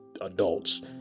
adults